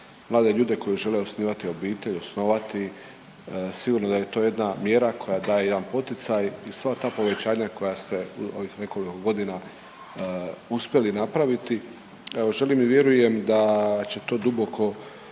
Mlade ljude koji žele osnivati obitelj, osnovati, sigurno da je to jedna mjera koja daje jedan poticaj i sva ta povećanja koja ste, ovih nekoliko godina uspjeli napraviti, evo želim i vjerujem da će to duboko